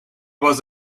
was